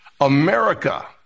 America